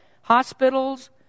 hospitals